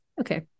Okay